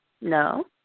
no